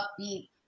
upbeat